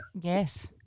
Yes